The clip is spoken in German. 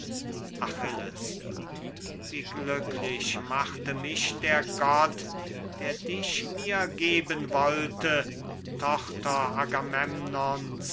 achilles wie glücklich machte mich der gott der dich mir geben wollte tochter